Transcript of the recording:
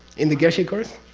in the geshe course?